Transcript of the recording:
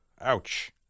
Ouch